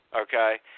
okay